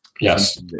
Yes